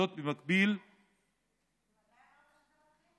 זאת, במקביל, מתי אמרת שזה מתחיל?